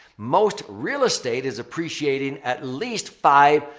most real estate is appreciating at least five,